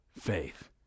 faith